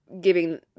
giving